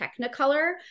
technicolor